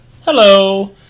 Hello